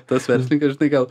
tas verslinkas žinai gal